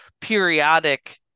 periodic